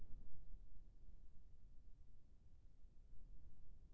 जादा जाड़ा म आलू के फसल ला का नुकसान होथे?